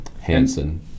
Hanson